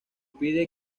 pide